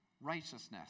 righteousness